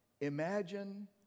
Imagine